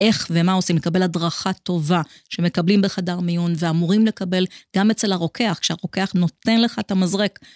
איך ומה עושים לקבל הדרכה טובה שמקבלים בחדר מיון ואמורים לקבל גם אצל הרוקח, כשהרוקח נותן לך את המזרק.